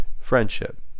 friendship